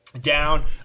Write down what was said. Down